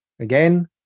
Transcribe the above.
again